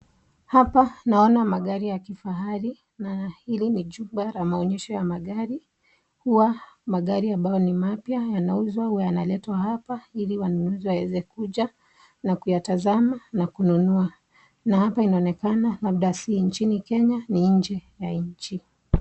Hapa naona magari ya kifahari na hili ni jumba la maonyesho ya magari huwa magari ambayo ni mapya yanauzwa huwa yanaletwa hapa ili wanunuzi waweze kuja na kuyatazama na kununua na hapa inaonekana hapa si nchini Kenya ni nchi ya nje.